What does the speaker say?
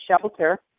shelter